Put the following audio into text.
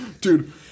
Dude